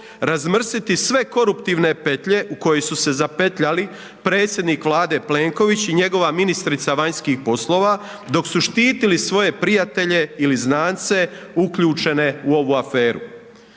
razmrsiti sve koruptivne petlje u kojoj su se zapetljali predsjednik Vlade Plenković i njegova ministrica vanjskih poslova dok su štitili svoje prijatelje ili znance uključene u ovu aferu.